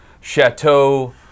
Chateau